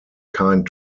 kind